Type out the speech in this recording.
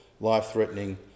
life-threatening